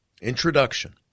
Introduction